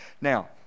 Now